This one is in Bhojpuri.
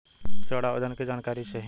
ऋण आवेदन के लिए जानकारी चाही?